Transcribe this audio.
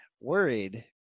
worried